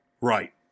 right